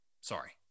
sorry